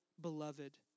beloved